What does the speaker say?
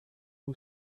who